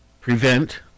prevent